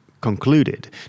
concluded